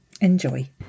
Enjoy